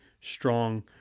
strong